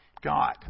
God